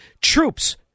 troops